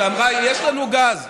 שאמרה: יש לנו גז.